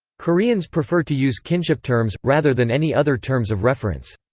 koreans prefer to use kinship terms, rather than any other terms of reference.